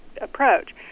approach